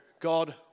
God